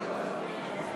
57 בעד,